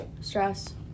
stress